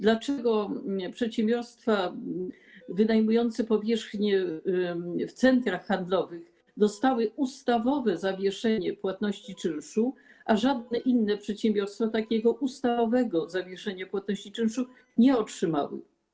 Dlaczego przedsiębiorstwa wynajmujące powierzchnie w centrach handlowych dostały ustawowe zawieszenie płatności czynszu, a żadne inne przedsiębiorstwa takiego ustawowego zawieszenia płatności czynszu nie otrzymały?